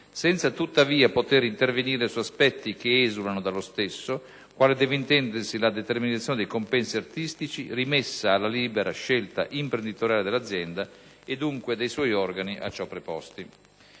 senza tuttavia potere intervenire su aspetti che esulano dallo stesso quale deve intendersi la determinazione dei compensi artistici, rimessa alla libera scelta imprenditoriale dell'azienda e dunque dei suoi organi a ciò preposti.